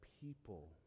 people